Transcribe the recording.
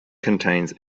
contains